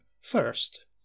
first